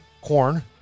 corn